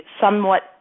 somewhat